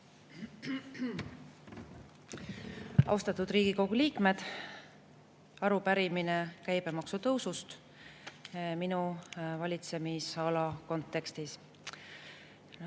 Austatud Riigikogu liikmed! Arupärimine on käibemaksu tõusu kohta minu valitsemisala kontekstis.